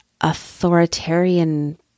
authoritarian